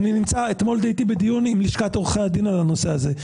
אתמול הייתי בדיון עם לשכת עורכי הדין על הנושא הזה.